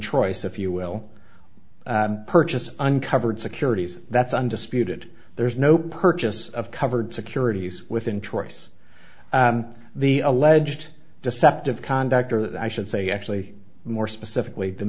choice if you will purchase uncovered securities that's undisputed there is no purchase of covered securities with interests the alleged deceptive conduct or that i should say actually more specifically the